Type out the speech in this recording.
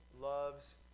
loves